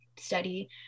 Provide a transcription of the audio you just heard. study